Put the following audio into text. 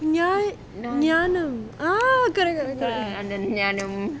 ya ஞானம் ஞானம்:niyaanam niyaanam ah got it got it got it